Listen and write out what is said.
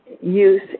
use